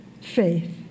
Faith